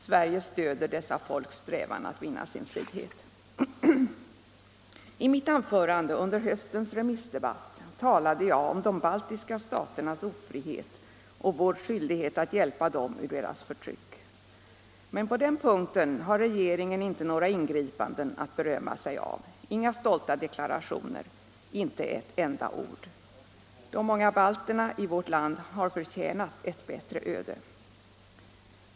Sverige stöder dessa folks strävan att vinna sin frihet.” I mitt anförande under höstens remissdebatt talade jag om de baltiska staternas ofrihet och vår skyldighet att hjälpa dem ur deras förtryck. Men på denna punkt har regeringen inte några ingripanden att berömma sig av, inga stolta deklarationer, inte ett enda ord! De många balterna i vårt land har förtjänat ett bättre öde.